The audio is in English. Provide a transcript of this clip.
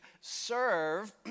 serve